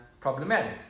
Problematic